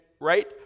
Right